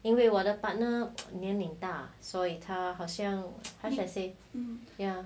因为我的 partner 年龄大所以他好像 how should I say ya